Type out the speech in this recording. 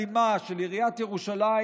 תוכנית אלימה של עיריית ירושלים.